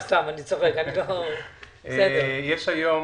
יש היום